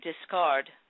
discard